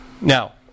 now